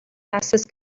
fastest